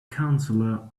counselor